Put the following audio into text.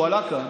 הוא עלה לכאן,